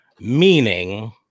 meaning